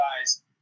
guys